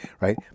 Right